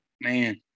man